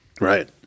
right